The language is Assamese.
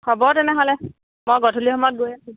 হ'ব তেনেহ'লে মই গধূলি সময়ত গৈ আছোঁ